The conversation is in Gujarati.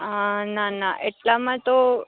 અ ના ના એટલામાં તો